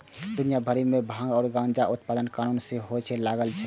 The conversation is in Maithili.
दुनिया भरि मे भांग आ गांजाक उत्पादन कानूनन हुअय लागल छै